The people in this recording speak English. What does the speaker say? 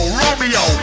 romeo